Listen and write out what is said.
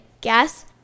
guess